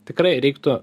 tikrai reiktų